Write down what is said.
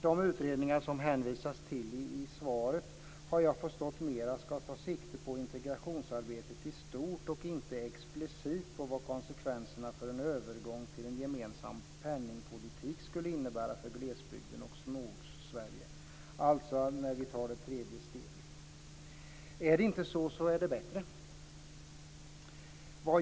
De utredningar som hänvisas till i svaret har jag förstått mera skall ta sikte på integrationsarbetet i stort och inte explicit på vad konsekvenserna för en övergång till en gemensam penningpolitik skulle innebära för glesbygden och Småortssverige, dvs. när vi tar det tredje steget. Om det inte är så, är det bättre.